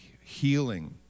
Healing